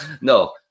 no